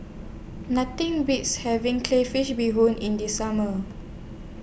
Nothing Beats having Crayfish Beehoon in The Summer